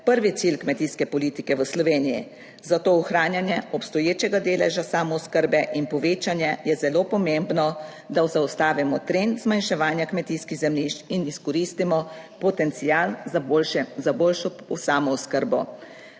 prvi cilj kmetijske politike v Sloveniji, zato ohranjanje obstoječega deleža samooskrbe in povečanje je zelo pomembno, da zaustavimo trend zmanjševanja kmetijskih zemljišč in izkoristimo potencial za boljšo samooskrbo.